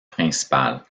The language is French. principale